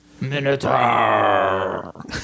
Minotaur